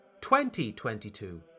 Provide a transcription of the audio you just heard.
2022